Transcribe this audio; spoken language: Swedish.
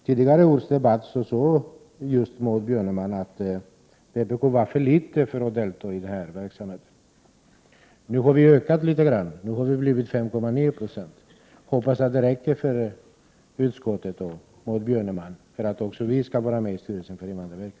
Tidigare sade Maud Björnemalm att vpk var för litet som parti för att delta i denna verksamhet. Nu har vi ökat och har stöd av 5,9 96 av befolkningen. Jag hoppas att det räcker för utskottet och Maud Björnemalm för att ge oss en plats i styrelsen för invandrarverket.